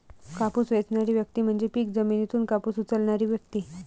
कापूस वेचणारी व्यक्ती म्हणजे पीक जमिनीतून कापूस उचलणारी व्यक्ती